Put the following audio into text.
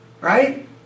Right